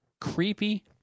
creepy